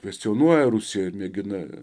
kvestionuoja rusijoja ir mėgina